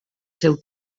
seu